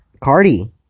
Cardi